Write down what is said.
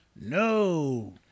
No